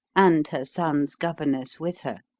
and her son's governess with her.